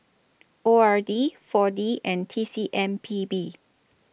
O R D four D and T C M P B